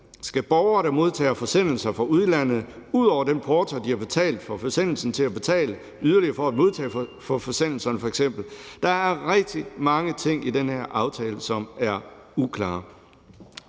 Skal borgere, der modtager forsendelser fra udlandet, ud over den porto, de har betalt for forsendelserne, til at betale yderligere for at modtage forsendelserne? Der er rigtig mange ting i den her aftale, som er uklare.